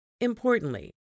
Importantly